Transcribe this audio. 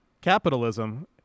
capitalism